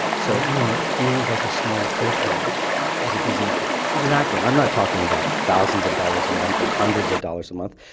so even what feels like a small co-pay has a big impact. exactly. i'm not talking about thousands of dollars a month or hundreds of dollars a month,